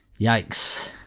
yikes